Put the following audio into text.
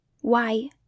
Why